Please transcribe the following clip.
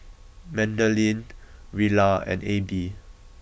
Madeleine Rilla and Abie